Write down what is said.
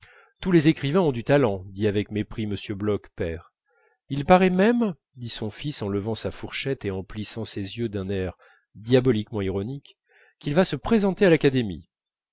tous les écrivains ont du talent dit avec mépris m bloch père il paraît même dit son fils en levant sa fourchette et en plissant ses yeux d'un air diaboliquement ironique qu'il va se présenter à l'académie